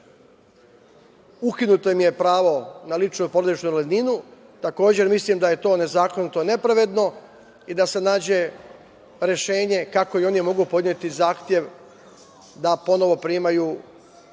ukinuto im je pravo na ličnu porodičnu invalidninu. Takođe mislim da je to nezakonito, nepravedno i da se nađe rešenje kako i oni mogu podneti zahtev da ponovo primaju